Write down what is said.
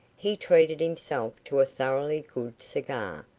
he treated himself to a thoroughly good cigar,